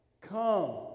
Come